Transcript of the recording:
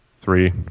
Three